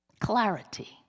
clarity